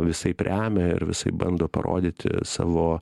visaip remia ir visaip bando parodyti savo